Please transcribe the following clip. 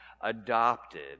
adopted